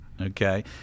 okay